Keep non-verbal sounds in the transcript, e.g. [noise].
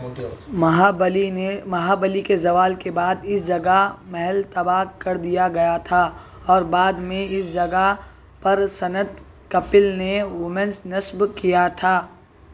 مہابلی نے مہابلی کے زوال کے بعد اس جگہ محل تباہ کر دیا گیا تھا اور بعد میں اس جگہ پر سنت کپل نے [unintelligible] نصب کیا تھا